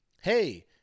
Hey